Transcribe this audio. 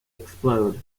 explode